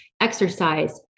exercise